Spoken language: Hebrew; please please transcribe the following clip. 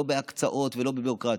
לא בהקצאות ולא בביורוקרטיות: